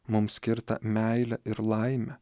mums skirtą meilę ir laimę